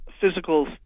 physical